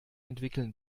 entwickeln